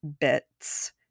bits